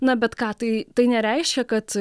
na bet ką tai tai nereiškia kad